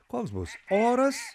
koks bus oras